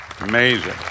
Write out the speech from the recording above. Amazing